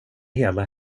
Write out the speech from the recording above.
hela